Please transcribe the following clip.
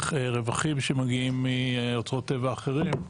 רווחים שמגיעים מאוצרות טבע אחרים,